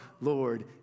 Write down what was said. Lord